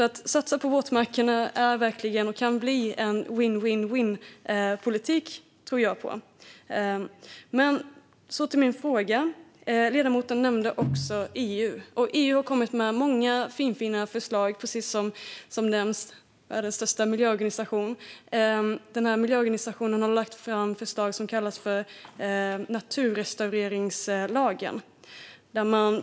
Att satsa på våtmarkerna kan verkligen bli en vinn-vinn-vinn-politik, tror jag. Så till min fråga. Ledamoten nämnde också EU, och EU har kommit med många finfina förslag. Världens största miljöorganisation har, som nämndes, lagt fram ett förslag om något som kallas naturrestaureringslagen.